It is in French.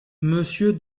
monsieur